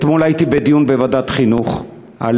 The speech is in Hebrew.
אתמול הייתי בדיון בוועדת החינוך על